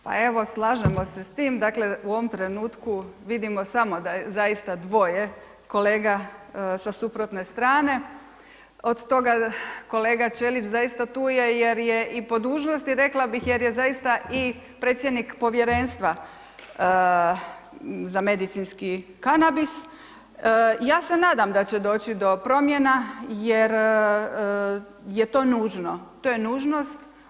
Pa evo slažemo se s tim, dakle u ovom trenutku vidimo samo da je zaista dvoje kolega sa suprotne strane, od toga kolega Ćelić zaista tu je jer je i po dužnosti rekla bih, jer je zaista i predsjednik povjerenstva za medicinski kanabis, ja se nadam da će doći do promjena jer je to nužno, to je nužnost.